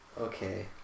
Okay